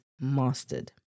mastered